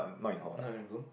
not in the room